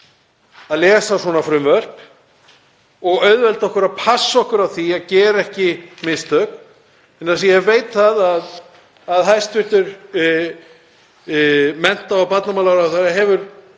að lesa svona frumvörp og auðvelda okkur að passa okkur á því að gera ekki mistök. Ég veit að hæstv. mennta- og barnamálaráðherra hefur